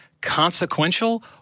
consequential